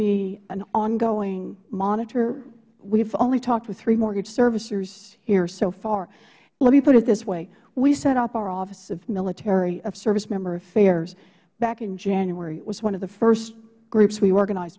be an ongoing monitor we have only talked with three mortgage servicers here so far let me put it this way we set up our office of servicemember affairs back in january it was one of the first groups we organized